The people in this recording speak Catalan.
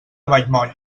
vallmoll